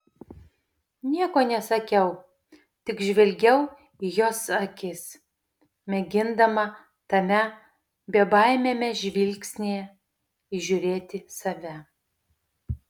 nieko nesakiau tik žvelgiau į jos akis mėgindama tame bebaimiame žvilgsnyje įžiūrėti save